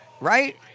Right